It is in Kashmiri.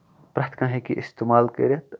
پرٮ۪تھ کانٛہہ ہیٚکہِ یہِ اِستعمال کٔرِتھ